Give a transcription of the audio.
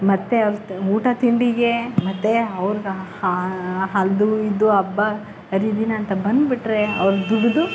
ಮತ್ತೆ ಅವ್ರ ಊಟ ತಿಂಡಿಗೆ ಮತ್ತೆ ಅವ್ರ್ಗೆ ಅದು ಇದು ಹಬ್ಬ ಹರಿದಿನ ಅಂತ ಬಂದ್ಬಿಟ್ರೆ ಅವ್ರು ದುಡಿದು